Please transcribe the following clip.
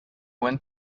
went